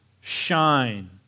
shine